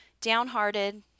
downhearted